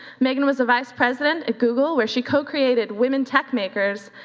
megan was the vice president at google, where she co-created women tech makers,